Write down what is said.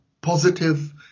positive